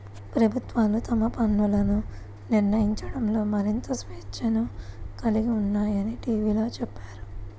ప్రభుత్వాలు తమ పన్నులను నిర్ణయించడంలో మరింత స్వేచ్ఛను కలిగి ఉన్నాయని టీవీలో చెప్పారు